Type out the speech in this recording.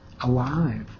alive